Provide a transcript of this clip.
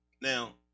Now